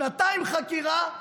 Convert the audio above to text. שנתיים חקירה,